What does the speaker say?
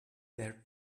their